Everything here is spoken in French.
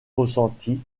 ressenti